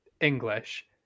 English